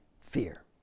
fear